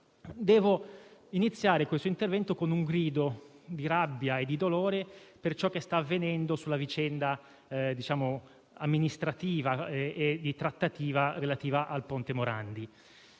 devo iniziare questo intervento con un grido di rabbia e di dolore per ciò che sta accadendo sulla vicenda amministrativa e di trattativa relativa al ponte Morandi.